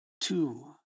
Two